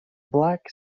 black